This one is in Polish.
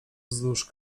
wzdłuż